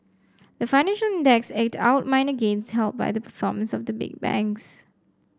the financial index eked out minor gains helped by the performance of the big banks